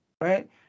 Right